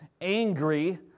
angry